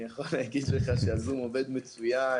אני יכול להגיד לך שה-זום עובד מצוין.